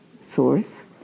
source